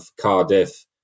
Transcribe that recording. Cardiff